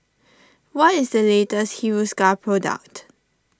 what is the latest Hiruscar product